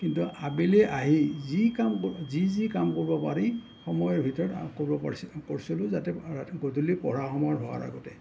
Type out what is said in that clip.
কিন্তু আবেলি আহি যি কাম বোলে যি যি কাম কৰিব পাৰি সময়ৰ ভিতৰত কৰিব পাৰিছিলোঁ কৰিছিলোঁ যাতে ৰাতি গধূলি পঢ়া সময়ৰ হোৱাৰ আগতে